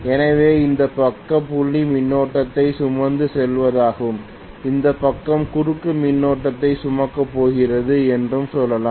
எனவே இந்த பக்கம் புள்ளி மின்னோட்டத்தை சுமந்து செல்வதாகவும் இந்த பக்கம் குறுக்கு மின்னோட்டத்தை சுமக்கப் போகிறது என்றும் சொல்லலாம்